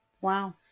Wow